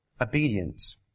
obedience